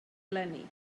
eleni